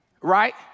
right